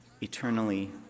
eternally